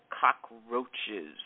cockroaches